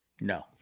No